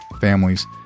families